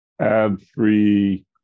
ad-free